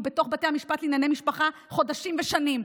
בתוך בתי המשפט לענייני משפחה חודשים ושנים,